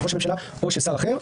של ראש הממשלה או של שר אחר.